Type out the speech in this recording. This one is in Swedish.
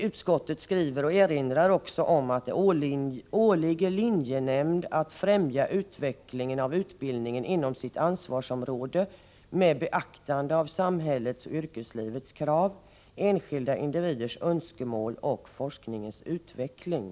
Utskottet erinrar om att det ”åligger linjenämnd att främja utvecklingen av utbildningen inom sitt ansvarsområde med beaktande av samhällets och yrkeslivets krav, enskilda individers önskemål och forskningens utveckling”.